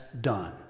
done